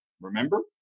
Remember